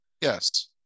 Yes